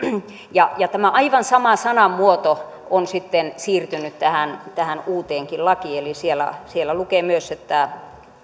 ja ja tämä aivan sama sanamuoto on sitten siirtynyt tähän tähän uuteenkin lakiin eli siellä siellä lukee myös että